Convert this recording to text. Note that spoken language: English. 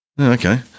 Okay